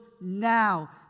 now